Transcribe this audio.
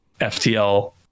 ftl